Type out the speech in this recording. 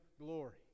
glory